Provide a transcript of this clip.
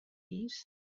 pis